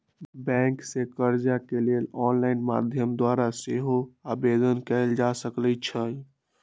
bank से कर्जा के लेल ऑनलाइन माध्यम द्वारा सेहो आवेदन कएल जा सकइ छइ